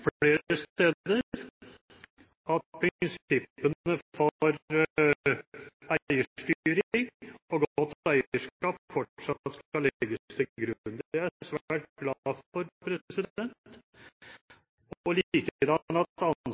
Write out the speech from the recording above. flere steder, at prinsippene for eierstyring og godt eierskap fortsatt skal legges til grunn – det er jeg svært glad